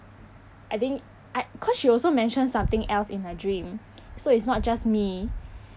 I think I cause she also mentioned something else in her dream so it's not just me